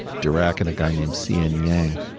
dirac, and a guy named ceeyin yang,